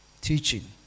Teaching